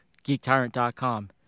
geektyrant.com